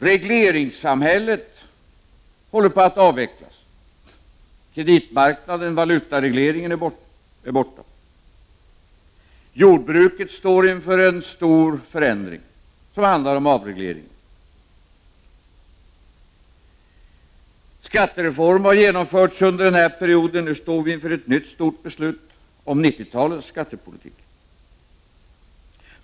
Regleringssamhället håller på att avvecklas, valutaregleringen är borta, jordbruket står inför en stor förändring som gäller avreglering, skattereformer har genomförts under perioden och nu står vi inför ett nytt stort beslut om 90-talets skattepolitik.